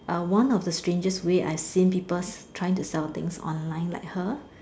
uh one of the strangest way I have seen people trying to sell things online like her